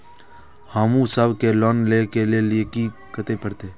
हमू सब के लोन ले के लीऐ कते जा परतें?